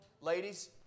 Ladies